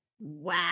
Wow